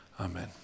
Amen